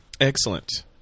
Excellent